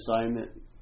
assignment